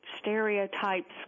stereotypes